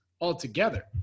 Altogether